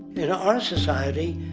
in our society,